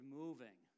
moving